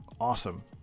awesome